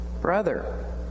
brother